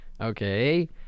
Okay